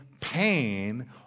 pain